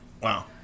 Wow